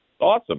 Awesome